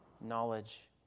Knowledge